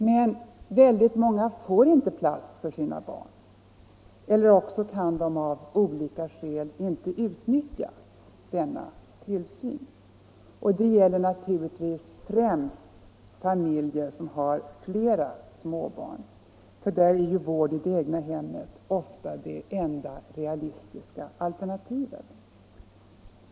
Men väldigt många får inte plats för barnen där, eller också kan man av olika skäl inte utnyttja denna tillsyn. Detta gäller naturligtvis främst familjer med flera småbarn, där vård i det egna hemmet ofta är det enda realistiska alternativet.